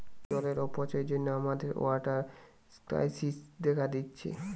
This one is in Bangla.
জলের অপচয়ের জন্যে আমাদের ওয়াটার ক্রাইসিস দেখা দিচ্ছে